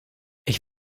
ich